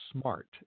Smart